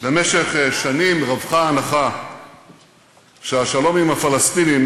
במשך שנים רווחה ההנחה שהשלום עם הפלסטינים